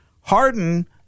Harden